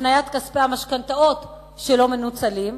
הפניית כספי המשכנתאות שלא מנוצלים,